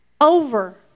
over